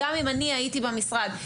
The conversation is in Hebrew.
אם אני הייתי במשרד,